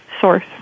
source